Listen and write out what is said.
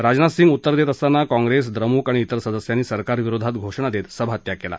राजनाथ सिंह उत्तर देत असताना काँप्रेस द्रमुक आणि तिर सदस्यांनी सरकारविरोधात घोषणा देत सभात्याग केला